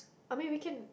I mean weekend